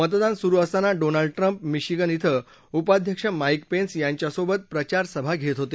मतदान सुरू असताना डोनाल्ड ट्रंप मिशिगन इथं उपाध्यक्ष माईक पेन्स यांच्यासोबत प्रचार सभा घेत होते